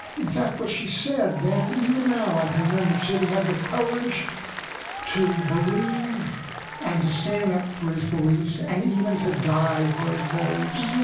in fact, what she said then, even now i can remember, she said he had the courage to believe and to stand up for his beliefs and even to die for his beliefs.